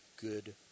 good